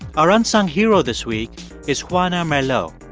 our unsung hero this week is juana merlo.